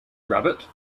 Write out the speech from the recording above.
rabbit